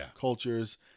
cultures